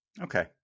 okay